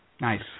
Nice